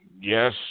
yes